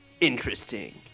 interesting